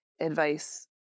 advice